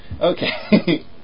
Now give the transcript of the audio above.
Okay